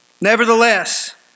Nevertheless